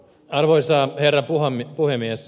arvoisa herra puhemies